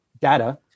data